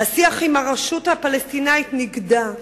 השיח עם הרשות הפלסטינית נגדע.